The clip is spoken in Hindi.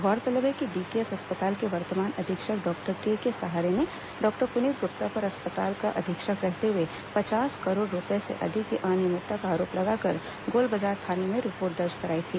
गौरतलब है कि डीकेएस अस्पताल के वर्तमान अधीक्षक डॉक्टर केके सहारे ने डॉक्टर पुनीत गुप्ता पर अस्पताल का अधीक्षक रहते हुए पचास करोड़ रुपए से अधिक की अनियमितता का आरोप लगाकर गोलबाजार थाने में रिपोर्ट दर्ज कराई थी